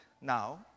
now